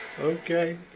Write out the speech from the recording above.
Okay